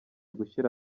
gushyira